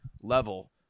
level